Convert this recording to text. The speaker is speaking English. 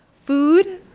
food?